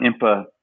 Impa